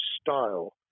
style